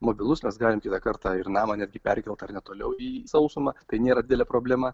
mobilus nors galime kitą kartą ir namą netgi perkelti ar ne toliau į sausumą tai nėra didelė problema